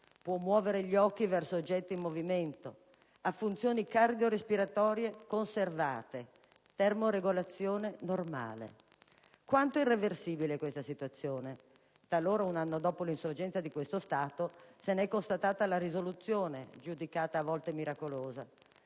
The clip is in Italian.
può muovere gli occhi verso oggetti in movimento, ha funzioni cardio-respiratorie conservate, termoregolazione normale. Quanto è irreversibile questa situazione? Talora, un anno dopo l'insorgenza di questo stato, se ne è constatata la risoluzione giudicata a volte miracolosa.